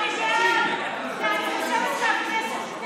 אני חושבת שהכנסת,